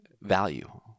value